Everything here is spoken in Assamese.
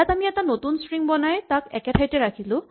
ইয়াত আমি এটা নতুন ষ্ট্ৰিং বনাই তাক একে ঠাইতে ৰাখিলো